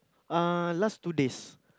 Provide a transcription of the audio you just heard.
uh last two days